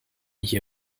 hier